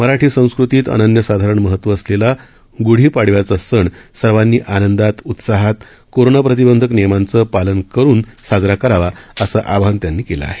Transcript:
मराठी संस्कृतीत अनन्यसाधारण महत्व असलेला ग्दी पाडव्याचा सण सर्वांनी आनंदात उत्साहात कोरोनाप्रतिबंधक नियमांचं पालन करुन साजरा करावा असं आवाहन त्यांनी केलं आहे